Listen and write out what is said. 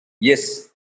Yes